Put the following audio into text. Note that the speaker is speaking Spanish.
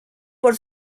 por